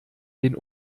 den